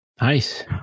Nice